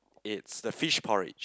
it's a fish porridge